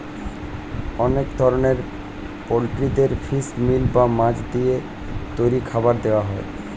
অনেক ধরনের পোল্ট্রিদের ফিশ মিল বা মাছ দিয়ে তৈরি খাবার দেওয়া হয়